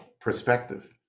perspective